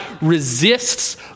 resists